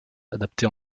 adaptée